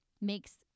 makes